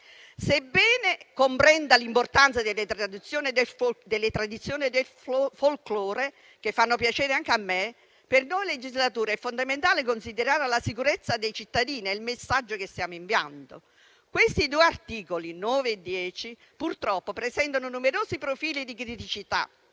Sebbene comprenda l'importanza delle tradizioni folcloristiche, che fanno piacere anche a me, per noi legislatori è fondamentale considerare la sicurezza dei cittadini e il messaggio che stiamo inviando. I due articoli citati presentano purtroppo numerosi profili di criticità,